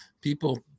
people –